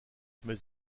mais